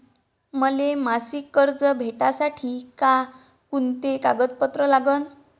मले मासिक कर्ज भेटासाठी का कुंते कागदपत्र लागन?